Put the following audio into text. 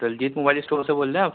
Diljit mobile store سے بول رہے ہیں آپ